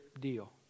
deal